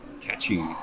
catchy